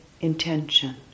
intention